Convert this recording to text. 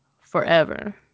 forever